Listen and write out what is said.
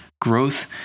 growth